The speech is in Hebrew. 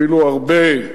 אפילו הרבה.